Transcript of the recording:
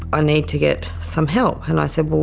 ah need to get some help and i said,